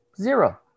Zero